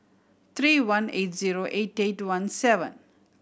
three one eight zero eight eight one seven